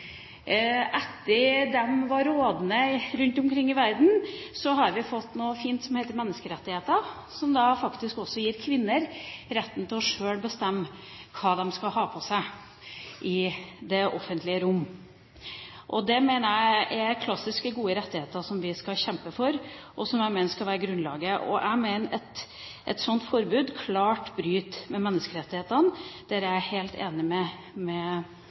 Etter at de var rådende rundt omkring i verden, har vi fått noe fint som heter menneskerettigheter, som da faktisk også gir kvinner retten til sjøl å bestemme hva de skal ha på seg i det offentlige rom. Det mener jeg er klassiske, gode rettigheter som vi skal kjempe for, og som skal være grunnleggende. Jeg mener et sånt forbud klart bryter med menneskerettighetene. Der er jeg helt enig